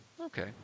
Okay